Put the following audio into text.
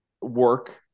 work